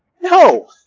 No